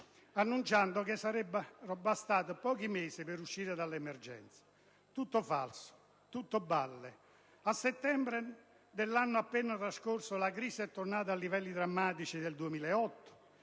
annunciando che sarebbero bastati pochi mesi per uscire dell'emergenza. Tutto falso, tutte balle. A settembre dell'anno appena trascorso la crisi è tornata ai livelli drammatici del 2008